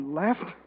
left